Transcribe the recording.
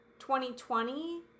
2020